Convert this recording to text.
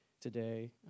today